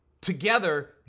together